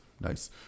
Nice